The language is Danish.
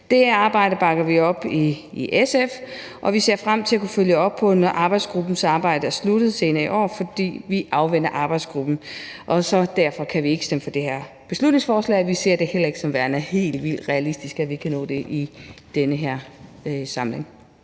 Det arbejde bakker vi op i SF, og vi ser frem til at kunne følge op på det, når arbejdsgruppens arbejde er sluttet senere i år, fordi vi afventer arbejdsgruppen. Derfor kan vi ikke stemme for det her beslutningsforslag. Vi ser det heller ikke som værende helt vildt realistisk, at vi kan nå det i den her samling.